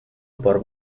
por